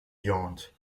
yawned